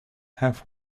have